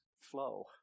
flow